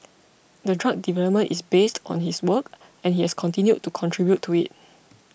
the drug development is based on his work and he has continued to contribute to it